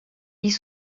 ils